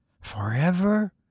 Forever